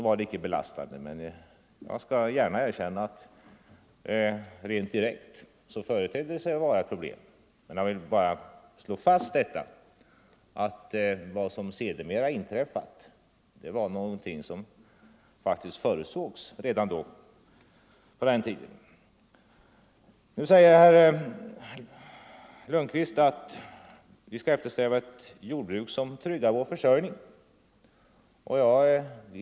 Jag vill dock gärna erkänna att det rent direkt tedde sig som ett problem. Jag vill emellertid även slå fast att vad som sedermera inträffat faktiskt förutsågs redan på den tiden. Nu säger herr Lundkvist att vi skall eftersträva ett jordbruk som tryggar vår försörjning.